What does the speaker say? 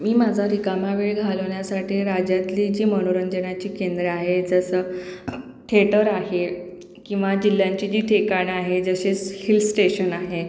मी माझा रिकामा वेळ घालवण्यासाठी राज्यातली जी मनोरंजनाची केंद्रं आहे जसं थेटर आहे किंवा जिल्ह्यांची जी ठिकाणं आहेत जशेस हिल स्टेशन आहे